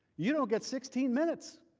you know get sixteen minutes.